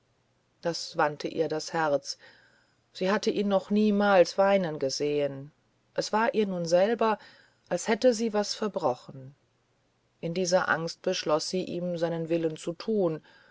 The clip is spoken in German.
das wandte ihr das herz sie hatte ihn noch niemals weinen gesehen es war ihr nun selber als hätte sie was verbrochen in dieser angst beschloß sie ihm seinen willen zu tun